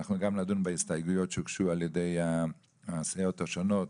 אנחנו גם נדון בהסתייגויות שהוגשו על ידי הסיעות השונות,